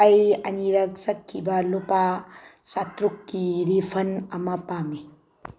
ꯑꯩ ꯑꯅꯤꯔꯛ ꯆꯠꯈꯤꯕ ꯂꯨꯄꯥ ꯆꯥꯇ꯭ꯔꯨꯛꯀꯤ ꯔꯤꯐꯟ ꯑꯃ ꯄꯥꯝꯃꯤ